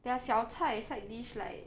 their 小菜 side dish like